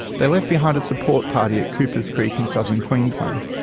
they left behind a support party at coopers creek in southern queensland.